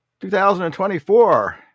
2024